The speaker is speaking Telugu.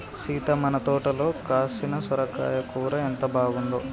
సీత మన తోటలో కాసిన సొరకాయ కూర ఎంత బాగుందో